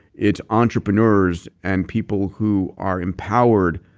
it's entrepreneurs and people who are empowered,